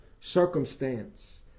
circumstance